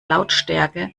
lautstärke